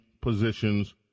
positions